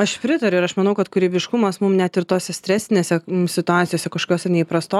aš pritariu ir aš manau kad kūrybiškumas mum net ir tose stresinėse situacijose kažkas neįprasto